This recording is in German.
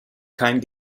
kein